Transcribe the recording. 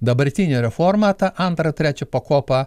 dabartinė reforma tą antrą trečią pakopą